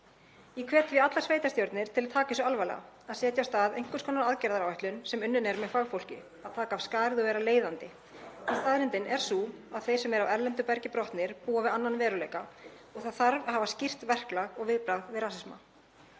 Ég hvet því allar sveitarstjórnir til að taka þessu alvarlega, að setja af stað einhvers konar aðgerðaáætlun sem unnin er með fagfólki, taka af skarið og vera leiðandi. En staðreyndin er sú að þeir sem eru af erlendu bergi brotnir búa við annan veruleika og það þarf að hafa skýrt verklag og viðbragð við rasisma.